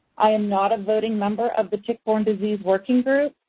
i am not a voting member of the tick-borne disease working group,